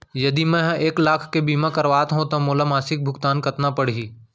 यदि मैं ह एक लाख के बीमा करवात हो त मोला मासिक भुगतान कतना पड़ही?